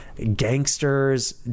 gangsters